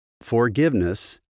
Forgiveness